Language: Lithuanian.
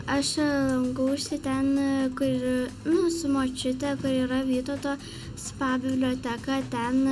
aš lankausi ten kur nu su močiute kur yra vytauto spa biblioteka ten